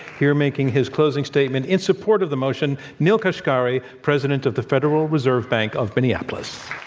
here making his closing statement in support of the motion, neel kashkari, president of the federal reserve bank of minneapolis.